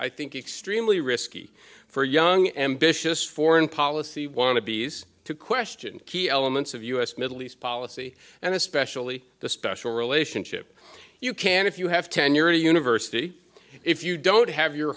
i think extremely risky for young ambitious foreign policy wanna bes to question key elements of u s middle east policy and especially the special relationship you can if you have tenure at university if you don't have your